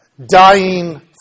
Dying